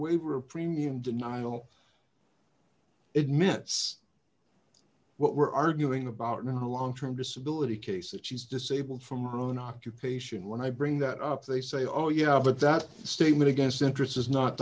of premium denial admits what we're arguing about and how long term disability case that she's disabled from her own occupation when i bring that up they say oh yeah but that statement against interests is not